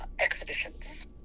exhibitions